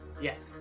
Yes